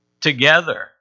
together